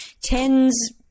tens